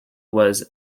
was